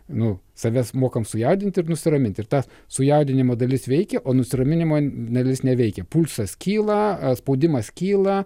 nu savęs mokam sujaudinti ir nusiraminti ir ta sujaudinimo dalis veikia o nusiraminimo dalis neveikia pulsas kyla spaudimas kyla